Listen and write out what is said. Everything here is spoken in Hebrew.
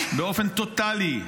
באופן טוטלי,